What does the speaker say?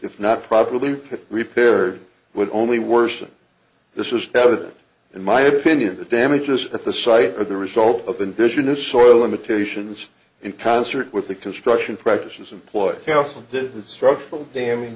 if not properly repaired would only worsen this is that it in my opinion the damages at the site of the result of indigenous soil limitations in concert with the construction practices employed council did structural damage